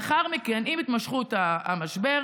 לאחר מכן, עם התמשכות המשבר,